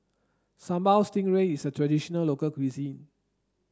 Sambal Stingray is a traditional local cuisine